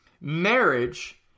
Marriage